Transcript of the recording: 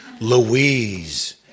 Louise